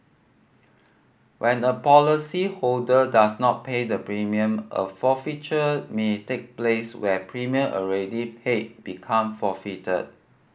when a policyholder does not pay the premium a forfeiture may take place where premium already paid become forfeited